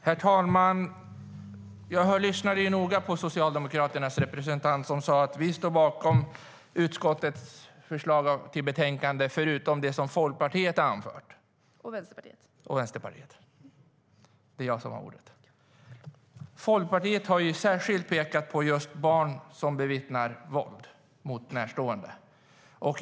Herr talman! Jag lyssnade noga på Socialdemokraternas representant, som sa: Vi står bakom utskottets förslag i betänkandet, förutom det som Folkpartiet - och Vänsterpartiet - har anfört. Folkpartiet har särskilt pekat på just barn som bevittnar våld mot närstående.